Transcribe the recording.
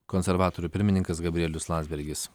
konservatorių pirmininkas gabrielius landsbergis